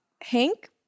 Hank